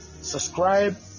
Subscribe